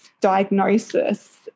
diagnosis